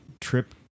trip